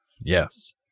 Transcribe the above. yes